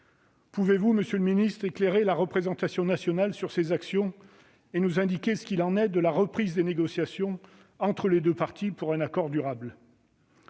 Pouvez-vous, monsieur le secrétaire d'État, éclairer la représentation nationale sur ces actions, et nous indiquer ce qu'il en est de la reprise des négociations entre les deux parties pour un accord durable ?